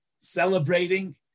celebrating